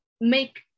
make